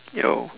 yo